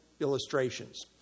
illustrations